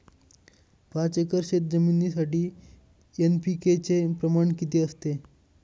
पाच एकर शेतजमिनीसाठी एन.पी.के चे प्रमाण किती असते?